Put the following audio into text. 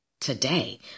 today